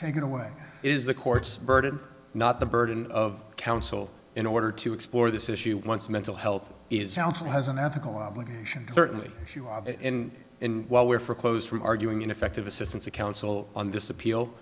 taken away is the court's burden not the burden of counsel in order to explore this issue once mental health is helpful has an ethical obligation certainly in while we're for close to arguing ineffective assistance of counsel on this appeal